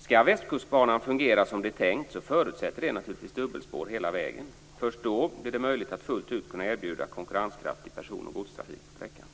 Skall Västkustbanan fungera som det är tänkt förutsätter det naturligtvis dubbelspår hela vägen. Först då blir det möjligt att fullt ut kunna erbjuda konkurrenskraftig gods och persontrafik på sträckan.